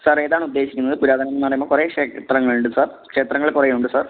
sir ഏതാണ് ഉദ്ദേശിക്കുന്നത് പുരാതനംന്ന് പറയുമ്പോ കൊറെ ക്ഷേത്രങ്ങൾ ഇണ്ട് സാർ ക്ഷേത്രങ്ങള് കൊറെ ഉണ്ട് സാർ